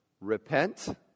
Repent